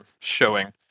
showing